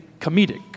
comedic